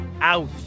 out